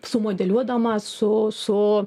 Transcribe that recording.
sumodeliuodamas su su